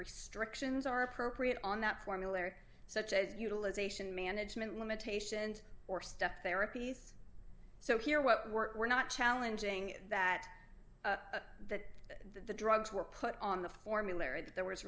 restrictions are appropriate on that formulary such as utilization management limitations or step therapies so here what we're not challenging that that the drugs were put on the formulary that there was